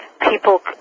People